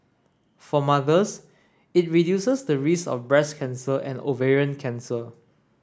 for mothers it reduces the risk of breast cancer and ovarian cancer